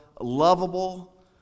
lovable